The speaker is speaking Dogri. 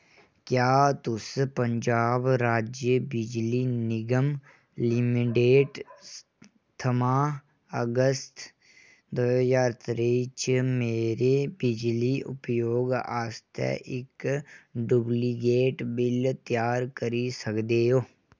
क्या तुस पंजाब राज्य बिजली निगम लिमिटड थमां अगस्त दो ज्हार त्रेई च मेरे बिजली उपयोग आस्तै इक डुप्लिकेट बिल त्यार करी सकदे ओ